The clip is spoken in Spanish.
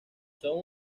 son